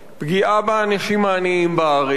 פגיעה באנשים העניים בארץ.